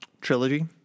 trilogy